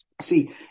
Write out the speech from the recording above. See